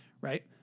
right